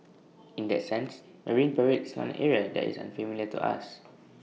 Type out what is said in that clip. in that sense marine parade is not an area that is unfamiliar to us